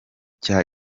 cya